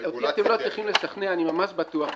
אותי אתם לא צריכים לשכנע, אני ממש בטוח בזה.